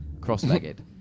cross-legged